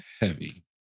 Heavy